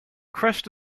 crest